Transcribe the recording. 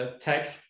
text